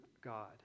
God